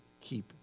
keep